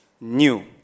new